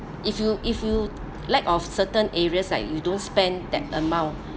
if you if you lack of certain areas like you don't spend that amount